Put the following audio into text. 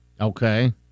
Okay